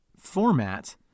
format